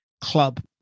club